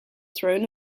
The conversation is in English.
throne